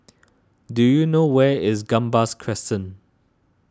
do you know where is Gambas Crescent